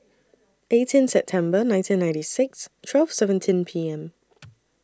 eighteen September nineteen ninety six twelve seventeen P M